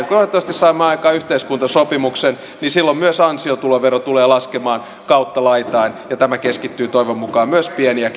toivottavasti saamme aikaan yhteiskuntasopimuksen niin silloin myös ansiotulovero tulee laskemaan kautta laitain ja tämä keskittyy toivon mukaan myös pieni ja